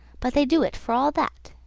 but they do it for all that.